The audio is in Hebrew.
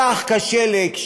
צח כשלג,